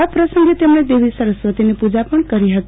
આ પ્રસંગે તેમણે દેવી સરસ્વતીની પુજા પણ કરી હતી